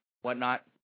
whatnot